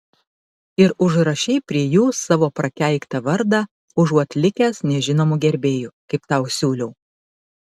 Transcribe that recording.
ir užrašei prie jų savo prakeiktą vardą užuot likęs nežinomu gerbėju kaip tau siūliau